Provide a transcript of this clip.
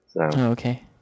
Okay